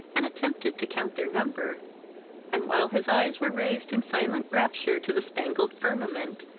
and attempted to count their number and, while his eyes were raised in silent rapture to the spangled firmament,